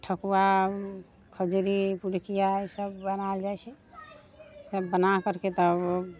ठकुआ खजुरी पुड़िकिया सभ बनायल जाइ छै सभ बनाकरके तब